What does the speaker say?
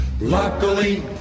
Luckily